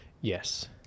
Yes